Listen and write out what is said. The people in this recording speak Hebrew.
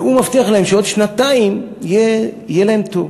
והוא מבטיח להם שבעוד שנתיים יהיה להם טוב.